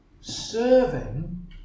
serving